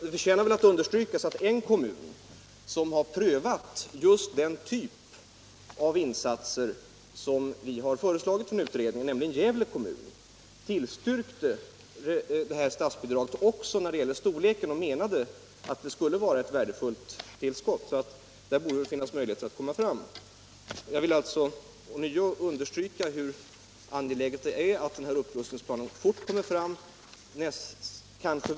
Det förtjänar att understrykas att Gävle kommun, som har prövat just den typ av insatser vi föreslagit i utredningen, inte bara tillstyrkt själva förslaget utan även storleken på statsbidraget och menat att det skulle vara ett värdefullt tillskott. Av den anledningen borde det finnas möjlighet att komma fram genom att följa utredningens förslag. Jag vill ånyo understryka hur angeläget det är att den här upprustningsplanen kommer fram snabbt.